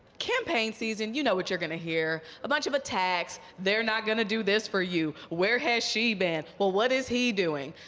campaign season, you know what you're going to hear. a bunch of attacks, they're not going to do this for you, where has she been, but what is he doing?